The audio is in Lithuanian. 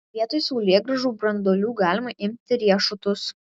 vietoj saulėgrąžų branduolių galima imti riešutus